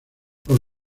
por